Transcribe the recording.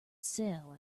sell